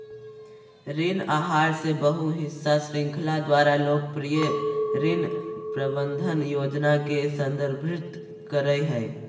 ऋण आहार ले बहु हिस्सा श्रृंखला द्वारा लोकप्रिय ऋण प्रबंधन योजना के संदर्भित करय हइ